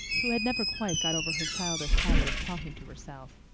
who had never quite got over her childish habit of talking to herself.